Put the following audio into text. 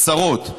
עשרות,